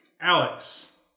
alex